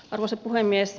arvoisa puhemies